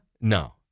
No